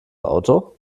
auto